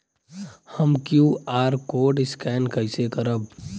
हम QR code scan कइसे करब?